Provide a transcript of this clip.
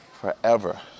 forever